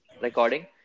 recording